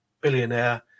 billionaire